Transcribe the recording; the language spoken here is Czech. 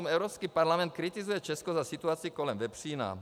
Evropský parlament kritizuje Česko za situaci kolem vepřína.